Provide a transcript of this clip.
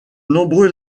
nombreux